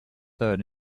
third